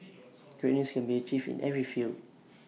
greatness can be achieved in every field